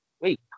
wait